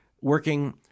working